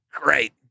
great